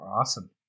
Awesome